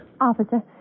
Officer